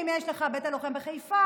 אם יש לך בית לוחם בחיפה,